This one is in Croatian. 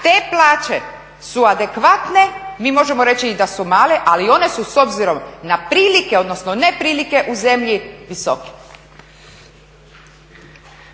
Te plaće su adekvatne, mi možemo reći i da su male ali i one su s obzirom na prilike odnosno neprilike u zemlji visoke.